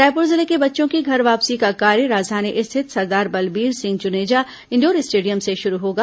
रायपुर जिले के बच्चों की घर वापसी का कार्य राजधानी स्थित सरदार बलबीर सिंह जुनेजा इंडोर स्टेडियम से शुरू होगा